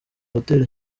hotel